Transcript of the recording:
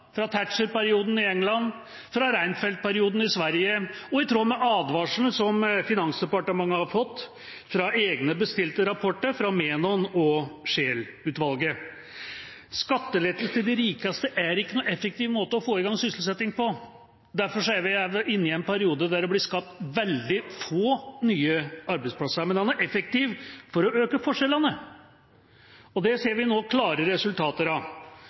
fra Thatcher-perioden i England, fra Reinfeldt-perioden i Sverige og i tråd med advarselen som Finansdepartementet har fått fra egne bestilte rapporter fra Menon og Scheel-utvalget. Skattelettelse til de rikeste er ingen effektiv måte å få i gang sysselsetting på. Derfor er vi inne i en periode der det blir skapt veldig få nye arbeidsplasser, men den er effektiv for å øke forskjellene, og det ser vi nå klare resultater av.